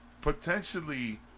potentially